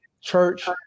church –